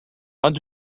ond